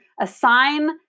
assign